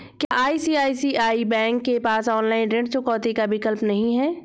क्या ICICI bank के पास ऑनलाइन ऋण चुकौती का विकल्प नहीं है?